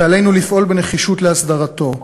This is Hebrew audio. ועלינו לפעול בנחישות להסדרתו.